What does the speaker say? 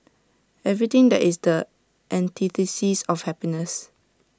everything that is the antithesis of happiness